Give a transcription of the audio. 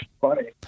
funny